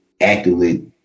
actively